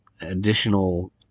additional